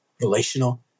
relational